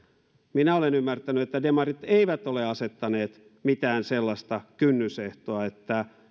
minä olen ymmärtänyt että demarit eivät ole asettaneet mitään sellaista kynnysehtoa että